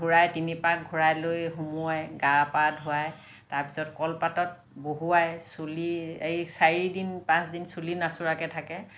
ঘূৰাই তিনি পাক ঘূৰাই লৈ সোমোৱাই গা পা ধুৱাই তাৰ পাছত কল পাতত বহোৱাই চুলি এই চাৰি দিন পাঁচ দিন চুলি নাচোৰাকে থাকে